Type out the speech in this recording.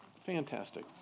fantastic